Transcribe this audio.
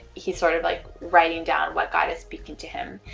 he's sort of like writing down what god is speaking to him,